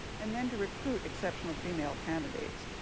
and then to recruit exceptional female candidates.